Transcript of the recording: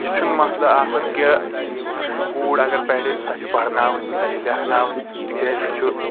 یہِ چھُنہٕ مسلہٕ آسان کیٚنٛہہ کوٗر اگر پرِ سۄ چھ پرناوٕنۍ سۄ چھ لیٚکھناوٕنۍ تِکیٛازِ یہِ چھُ